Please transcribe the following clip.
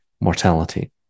mortality